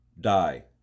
die